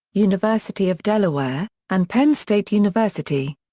university of delaware, and penn state university.